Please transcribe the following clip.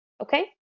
Okay